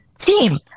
team